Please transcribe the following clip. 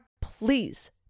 please